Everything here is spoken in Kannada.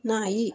ನಾಯಿ